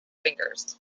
fingers